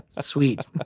sweet